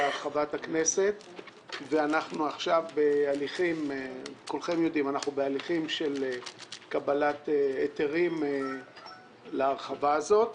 כולכם יודעים שעכשיו אנחנו בהליכים של קבלת היתרים להרחבה הזאת.